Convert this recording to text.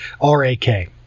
R-A-K